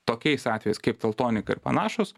tokiais atvejais kaip teltonika ir panašūs